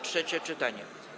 Trzecie czytanie.